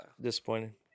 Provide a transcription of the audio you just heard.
Disappointing